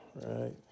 right